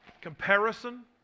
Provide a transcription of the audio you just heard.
Comparison